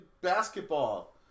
basketball